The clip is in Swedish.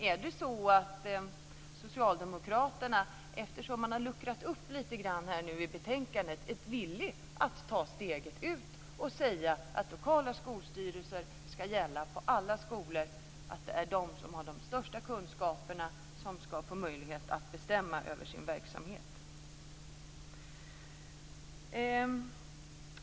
Är det så att Socialdemokraterna - det har ju luckrats upp lite grann i betänkandet - är villiga att ta steget fullt ut och säga att lokala skolstyrelser ska gälla på alla skolor och att det är de som har de största kunskaperna som ska få möjlighet att bestämma över sin verksamhet?